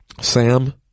Sam